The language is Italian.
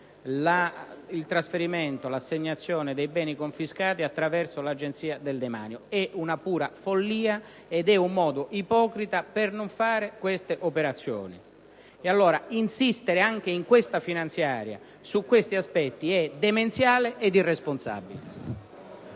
si può fare l'assegnazione dei beni confiscati attraverso l'Agenzia del demanio: è una pura follia ed è un modo ipocrita per non fare queste operazioni. Insistere anche in questa finanziaria su questi aspetti, quindi, è demenziale ed irresponsabile.